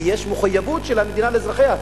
כי יש מחויבות של המדינה לאזרחיה,